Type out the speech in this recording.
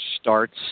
starts